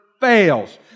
fails